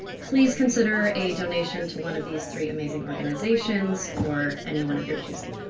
please consider a donation to one of these three amazing organizations or any one of your choosing.